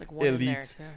elite